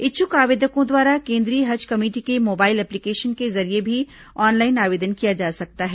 इच्छुक आवेदकों द्वारा केंद्रीय हज कमेटी के मोबाइल एप्लीकेशन के जरिये भी ऑनलाइन आवेदन किया जा सकता है